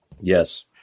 Yes